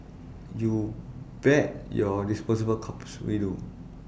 you bet your disposable cups we do